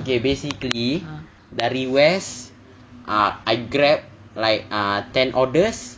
okay basically dari west ah I grab like uh ten orders